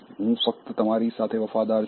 હું ફક્ત તમારી સાથે વફાદાર છું